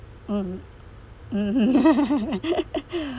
mm mm